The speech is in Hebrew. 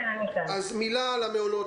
מילה על המעונות,